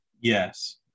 yes